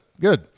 Good